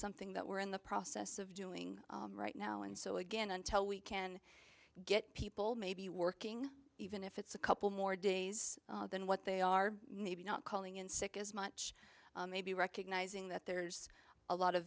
something that we're in the process of doing right now and so again until we can get people maybe working even if it's a couple more days than what they are maybe not calling in sick as much maybe recognizing that there's a lot of